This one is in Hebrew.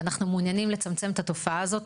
אנחנו מעוניינים לצמצם את התופעה הזאת.